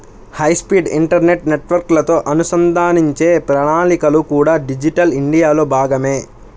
high speed internet నెట్వర్క్లతో అనుసంధానించే ప్రణాళికలు కూడా డిజిటల్ ఇండియాలో భాగమే